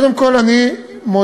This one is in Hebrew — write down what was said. קודם כול אני מודה,